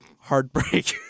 Heartbreak